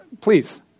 Please